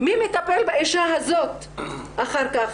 מי מטפל באישה הזאת אחר כך?